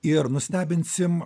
ir nustebinsim